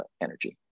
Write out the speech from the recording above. energy